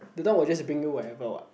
the dog will just bring you wherever what